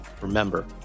Remember